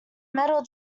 metal